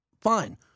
fine